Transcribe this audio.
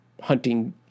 hunting